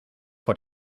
voor